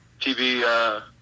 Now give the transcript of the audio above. TV